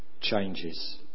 changes